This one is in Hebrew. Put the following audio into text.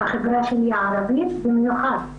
בחברה הערבית במיוחד,